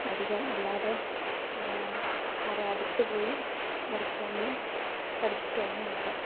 അധികം അല്ലാതെ അവരുടെ അടുത്തുപോയി നൃത്തമൊന്നും പഠിച്ചിട്ടൊന്നുമില്ല